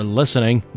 listening